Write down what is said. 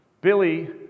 Billy